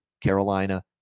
Carolina